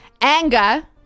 Anger